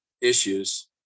issues